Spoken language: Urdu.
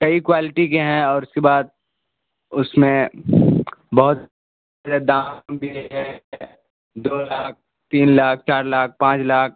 کئی کوالٹی کے ہیں اور اس کے بعد اس میں بہت دام بھی ہیں دو لاکھ تین لاکھ چار لاکھ پانچ لاکھ